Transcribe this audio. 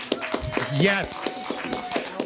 Yes